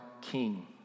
king